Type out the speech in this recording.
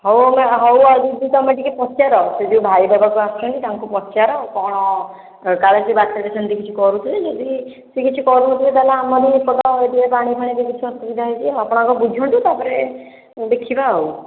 ହଉ ଆମେ ହଉ ଆଉ ଦିଦି ତୁମେ ଟିକିଏ ପଚାର ସେ ଯେଉଁ ଭାଇ ଦେବାକୁ ଆସୁଛନ୍ତି ତାଙ୍କୁ ପଚାର ଆଉ କ'ଣ କାଳେ ସେ ବାଟରେ ସେମିତି କିଛି କରୁଥିବେ ଯଦି ସେ କିଛି କରୁନଥିବେ ତା'ହେଲେ ଆମରି ଏପଟ ଏରିଆ ପାଣି ଫାଣି କିଛି ଅସୁବିଧା ହୋଇଛି ଆପଣ ଆଗ ବୁଝନ୍ତୁ ତା'ପରେ ଦେଖିବା ଆଉ